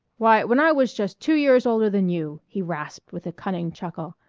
why, when i was just two years older than you, he rasped with a cunning chuckle,